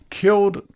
Killed